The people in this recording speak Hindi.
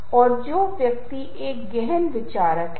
तो संगीत बहुत दृढ़ता से दृश्य छवि को भी विकसित करता है